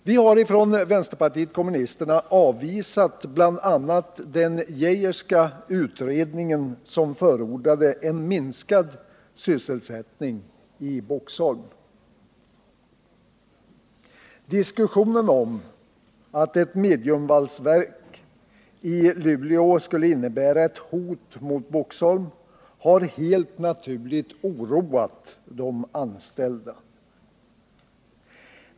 Vi har från vänsterpartiet kommunisterna avvisat bl.a. den Geijerska utredningen, som förordade en minskad sysselsättning i Boxholm. Diskussionen om att ett mediumvalsverk i Luleå skulle innebära ett hot mot Boxholm har helt naturligt oroat de anställda.